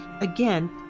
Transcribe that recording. Again